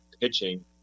pitching